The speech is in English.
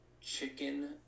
chicken